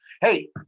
Hey